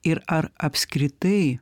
ir ar apskritai